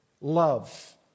Love